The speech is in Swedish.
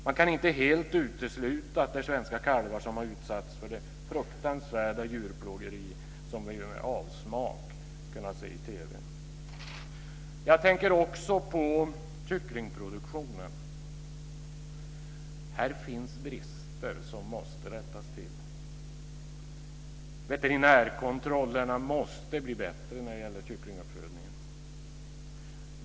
Man kan inte helt utesluta att det är svenska kalvar som har utsatts för det fruktansvärda djurplågeri som vi med avsmak har kunnat se i TV. Jag tänker också på kycklingproduktionen. Där finns brister som måste rättas till. Veterinärkontrollerna måste bli bättre i kycklinguppfödningen.